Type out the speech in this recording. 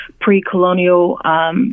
pre-colonial